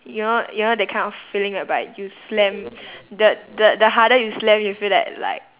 you know you know that kind of feeling whereby you slam the the the harder you slam you feel that like